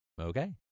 okay